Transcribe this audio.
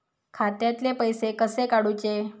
खात्यातले पैसे कसे काडूचे?